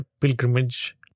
pilgrimage